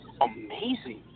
amazing